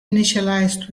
initialized